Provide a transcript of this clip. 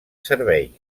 servei